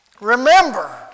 Remember